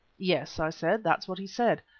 yes, i said, that's what he said.